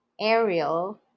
Ariel